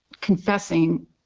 confessing